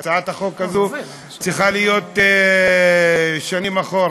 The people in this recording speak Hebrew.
הצעת החוק הזאת צריכה להיות שנים אחורה.